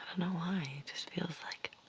know why it just feels like,